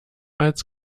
als